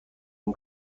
این